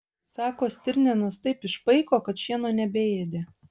sako stirninas taip išpaiko kad šieno nebeėdė